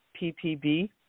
ppb